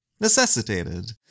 necessitated